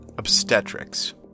obstetrics